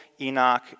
Enoch